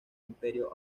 imperio